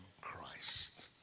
Christ